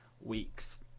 weeks